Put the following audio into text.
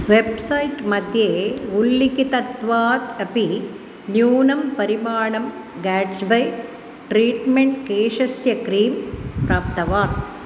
website मध्ये उल्लिखितत्वात् अपि न्यूनं परिमाणं गाट्स्बै ट्रीट्मेण्ट् केशस्य क्रीम् प्राप्तवान्